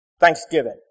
Thanksgiving